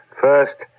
First